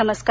नमस्कार